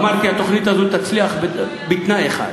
אמרתי: התוכנית הזאת תצליח בתנאי אחד,